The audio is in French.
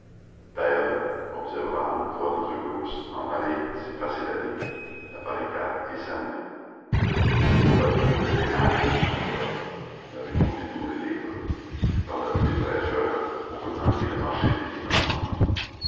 d'ailleurs observa une voix dans un groupe s'en aller c'est facile à dire la barricade est cernée pas du côté des halles dit enjolras la rue mondétour est libre et par la rue des prêcheurs on peut gagner le marché des innocents